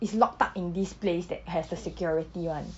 it's locked up in this place that has the security [one]